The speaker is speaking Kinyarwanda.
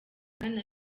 bwana